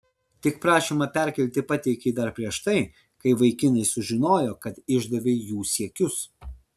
tik prašymą perkelti pateikei dar prieš tai kai vaikinai sužinojo kad išdavei jų siekius